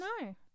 No